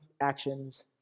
actions